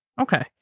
okay